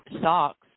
socks